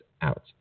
out